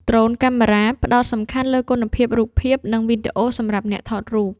ដ្រូនកាមេរ៉ា ផ្ដោតសំខាន់លើគុណភាពរូបភាព និងវីដេអូសម្រាប់អ្នកថតរូប។